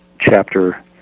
chapter